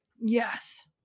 Yes